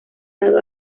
dado